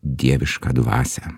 dievišką dvasią